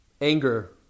anger